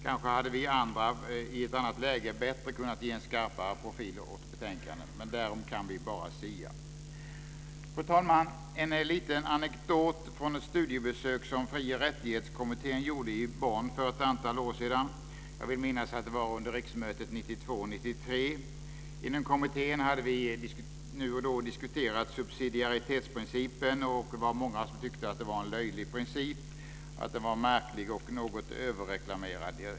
Kanske hade vi andra i ett annat läge bättre kunnat ge betänkandet en skarpare profil, men därom kan vi bara sia. Fru talman! Jag vill berätta en liten anekdot från ett studiebesök som Fri och rättighetskommittén gjorde i Bonn för ett antal år sedan. Jag vill minnas att det var under riksmötet 1992/93. Inom kommittén hade vi nu och då diskuterat subsidiaritetsprincipen, och det var många som tyckte att det var en löjlig princip, att den var märklig och något överreklamerad.